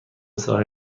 ساحل